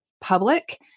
public